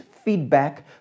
feedback